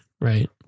Right